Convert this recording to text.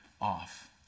off